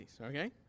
okay